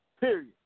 Period